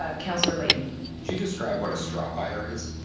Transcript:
ah councillor layton. would you describe what a straw buyer is?